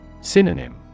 Synonym